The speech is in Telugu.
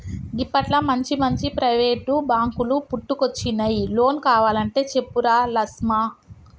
గిప్పట్ల మంచిమంచి ప్రైవేటు బాంకులు పుట్టుకొచ్చినయ్, లోన్ కావలంటే చెప్పురా లస్మా